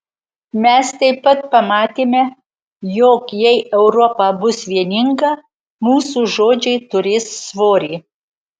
mes taip pat pamatėme jog jei europa bus vieninga mūsų žodžiai turės svorį